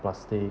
plastic